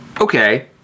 Okay